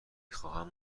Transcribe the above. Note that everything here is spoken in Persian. خواهم